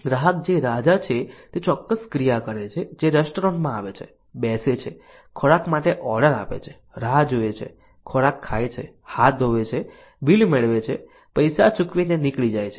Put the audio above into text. ગ્રાહક જે રાજા છે તે ચોક્કસ ક્રિયા કરે છે જે રેસ્ટોરન્ટમાં આવે છે બેસે છે ખોરાક માટે ઓર્ડર આપે છે રાહ જોય છે ખોરાક ખાય છે હાથ ધોવે છે બિલ મેળવે છે પૈસા ચૂકવવી ને નીકળી જાય છે